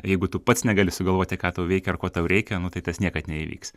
jeigu tu pats negali sugalvoti ką tau veikia ar ko tau reikia tai tas niekad neįvyks